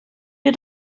wir